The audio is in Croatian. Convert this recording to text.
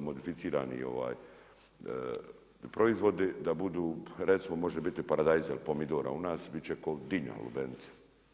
modificirani proizvodi, da budu, recimo može biti paradajza ili pomidora u nas, biti će kao dinja, lubenica.